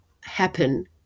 happen